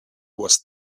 was